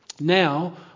Now